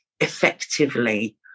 effectively